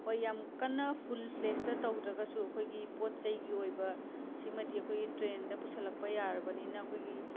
ꯍꯣꯏ ꯌꯥꯝꯅ ꯀꯟꯅ ꯐꯨꯜ ꯐ꯭ꯂꯦꯁꯇ ꯇꯧꯗ꯭ꯔꯒꯁꯨ ꯑꯩꯈꯣꯏꯒꯤ ꯄꯣꯠ ꯆꯩꯒꯤ ꯑꯣꯏꯕ ꯁꯤꯃꯗꯤ ꯑꯩꯈꯣꯏꯒꯤ ꯇ꯭ꯔꯦꯟꯗ ꯄꯨꯁꯜꯂꯛꯄ ꯌꯥꯔꯕꯅꯤꯅ ꯑꯩꯈꯣꯏꯒꯤ